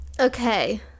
Okay